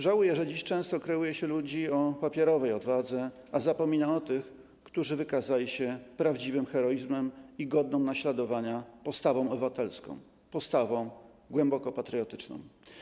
Żałuję, że dziś często kreuje się ludzi o papierowej odwadze, a zapomina o tych, którzy wykazali się prawdziwym heroizmem i godną naśladowania postawą obywatelską, postawą głęboko patriotyczną.